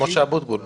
משה אבוטבול.